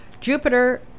Jupiter